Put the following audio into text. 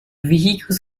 vehicles